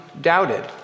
doubted